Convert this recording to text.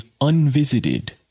unvisited